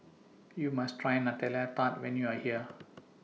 YOU must Try Nutella Tart when YOU Are here